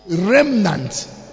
remnant